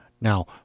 Now